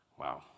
wow